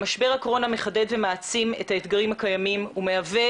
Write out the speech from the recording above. משבר הקורונה מחדד ומעצים את האתגרים הקיימים ומהווה